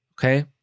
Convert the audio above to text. okay